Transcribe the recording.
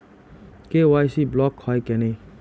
KYC block হয় কেনে?